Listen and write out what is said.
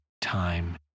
time